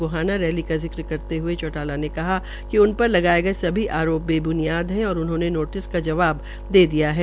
Gohana rally का जिक्र करते हुए चौटाला ने कहा कि उन पर लगाए गये सभी आरोप बे ब्नियाद है और उन्होंने नोटिस का जवाब दे दिया है